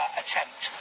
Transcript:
attempt